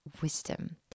wisdom